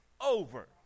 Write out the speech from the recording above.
over